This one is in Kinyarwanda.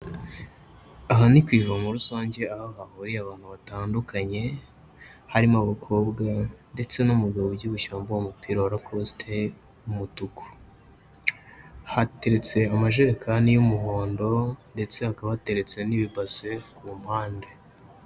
Aha ni ku ivomo rusange aho hahuriye abantu batandukanye, harimo abakobwa ndetse n'umugabo ubyibushye wambaye umupira wa lakosite w'umutuku, hateretse amajerekani y'umuhondo ndetse hakaba hateretse n'ibibase ku mpande.